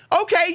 okay